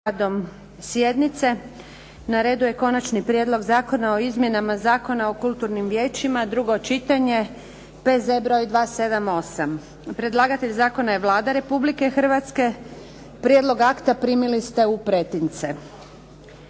radom sjednice. Na redu je - Konačni prijedlog zakona o izmjenama Zakona o kulturnim vijećima, drugo čitanje, P.Z. br. 278 Predlagatelj zakona je Vlada Republike Hrvatske. Prijedlog akta primili ste u pretince.